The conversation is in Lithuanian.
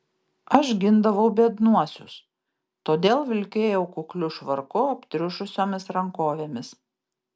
aš gindavau biednuosius todėl vilkėjau kukliu švarku aptriušusiomis rankovėmis